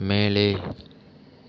மேலே